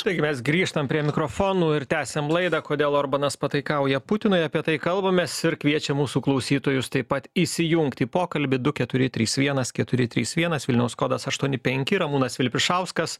taigi mes grįžtam prie mikrofonų ir tęsiam laidą kodėl orbanas pataikauja putinui apie tai kalbamės ir kviečiam mūsų klausytojus taip pat įsijungti į pokalbį du keturi trys vienas keturi trys vienas vilniaus kodas aštuoni penki ramūnas vilpišauskas